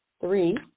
three